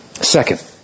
Second